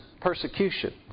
persecution